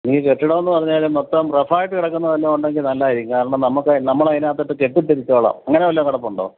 ഈ കെട്ടിടമെന്ന് പറഞ്ഞാല് മൊത്തം റഫായിട്ട് കിടക്കുന്ന വല്ലതുമുണ്ടെങ്കില് നല്ലതായിരിക്കും കാരണം നമ്മള് അതിനകത്തിട്ട് കെട്ടിത്തിരിച്ചോളാം അങ്ങനെ വല്ലതും കിടപ്പുണ്ടോ